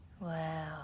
Wow